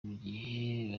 mugihe